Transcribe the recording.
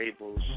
labels